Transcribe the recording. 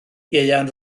ieuan